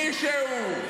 מישהו,